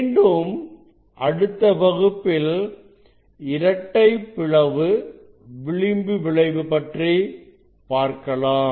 மீண்டும் அடுத்த வகுப்பில் இரட்டைப் பிளவு விளிம்பு விளைவு பற்றி பார்க்கலாம்